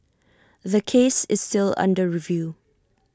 the case is still under review